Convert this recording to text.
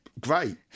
Great